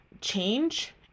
change